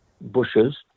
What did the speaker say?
bushes